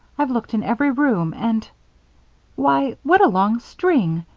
i've looked in every room and why! what a long string!